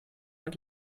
und